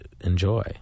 enjoy